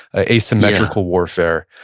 ah asymmetrical warfare,